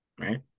right